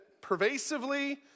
pervasively